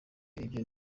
ibyo